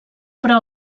però